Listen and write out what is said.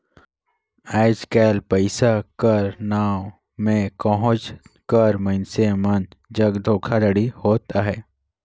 आएज काएल पइसा कर नांव में कहोंच कर मइनसे मन जग धोखाघड़ी होवत अहे